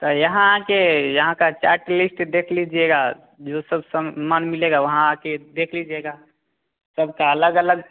तो यहाँ आ कर यहाँ का चार्ट लिस्ट देख लीजिएगा जो सब सामान मिलेगा वहाँ आ कर देख लीजिएगा सब का अलग अलग